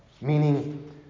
meaning